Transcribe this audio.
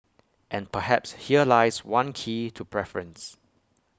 and perhaps here lies one key to preference